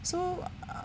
so